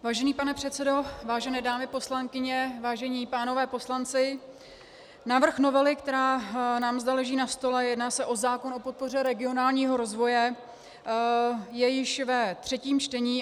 Vážený pane předsedo, vážené dámy poslankyně, vážení pánové poslanci, návrh novely, která nám zde leží na stole, jedná se o zákon o podpoře regionálního rozvoje, je již ve třetím čtení.